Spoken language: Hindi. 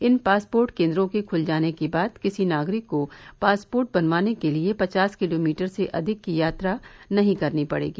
इन पासपोर्ट केन्द्रों के खल जाने के बाद किसी नागरिक को पासपोर्ट बनवाने के लिये पचास किलोमीटर से अधिक की यात्रा नही करनी पड़ेगी